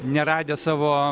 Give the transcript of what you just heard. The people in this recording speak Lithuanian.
neradę savo